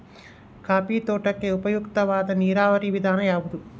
Coffee ತೋಟಕ್ಕೆ ಉಪಯುಕ್ತವಾದ ನೇರಾವರಿ ವಿಧಾನ ಯಾವುದು?